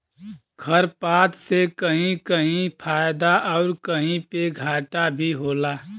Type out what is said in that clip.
खरपात से कहीं कहीं फायदा आउर कहीं पे घाटा भी होला